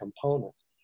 components